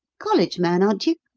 college man, aren't you?